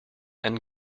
and